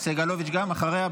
סגלוביץ' גם אחריה?